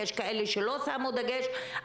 יש כאלה שלא שמו דגש,